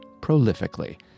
prolifically